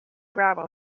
gravel